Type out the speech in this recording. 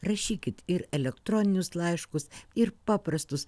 rašykit ir elektroninius laiškus ir paprastus